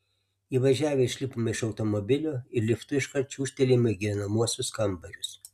įvažiavę išlipome iš automobilio ir liftu iškart čiūžtelėjome į gyvenamuosius kambarius